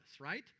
right